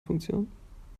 funktion